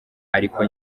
ariko